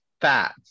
fat